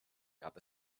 gab